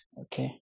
okay